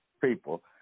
people